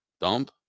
dump